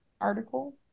article